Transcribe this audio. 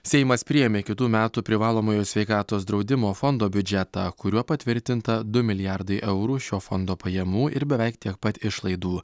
seimas priėmė kitų metų privalomojo sveikatos draudimo fondo biudžetą kuriuo patvirtinta du milijardai eurų šio fondo pajamų ir beveik tiek pat išlaidų